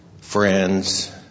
friends